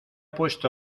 puesto